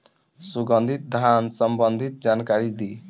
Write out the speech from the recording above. सुगंधित धान संबंधित जानकारी दी?